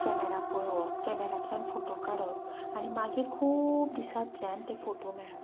camera पळोवप कॅमेरांतल्यान photo काडप आनी मागीर खूब दिसांतल्यान ते फोटो मेळप